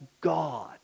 God